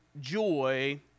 joy